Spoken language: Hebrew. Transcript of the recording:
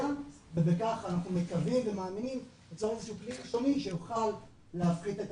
ובכך אנחנו מקווים ומאמינים שנוכל להפחית את